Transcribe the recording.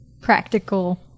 practical